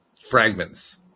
fragments